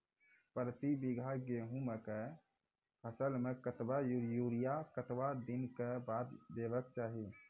प्रति बीघा गेहूँमक फसल मे कतबा यूरिया कतवा दिनऽक बाद देवाक चाही?